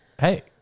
Hey